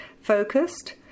focused